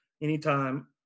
anytime